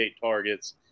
targets